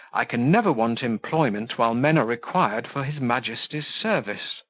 i can never want employment while men are required for his majesty's service.